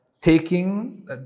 taking